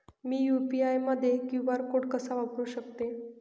मी UPI मध्ये QR code कसा वापरु शकते?